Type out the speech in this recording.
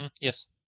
Yes